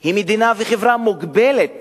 היא מדינה, חברה, מוגבלת